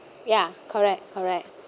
ya correct correct